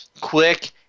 quick